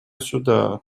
сюда